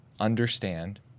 understand